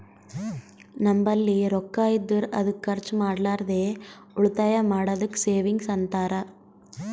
ನಂಬಲ್ಲಿ ರೊಕ್ಕಾ ಇದ್ದುರ್ ಅದು ಖರ್ಚ ಮಾಡ್ಲಾರ್ದೆ ಉಳಿತಾಯ್ ಮಾಡದ್ದುಕ್ ಸೇವಿಂಗ್ಸ್ ಅಂತಾರ